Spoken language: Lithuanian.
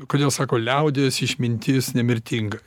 kodėl sako liaudies išmintis nemirtinga